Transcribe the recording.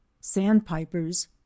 sandpipers